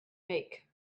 make